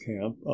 camp